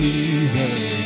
Jesus